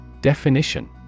Definition